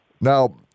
Now